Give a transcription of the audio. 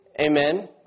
Amen